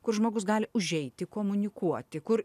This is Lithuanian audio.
kur žmogus gali užeiti komunikuoti kur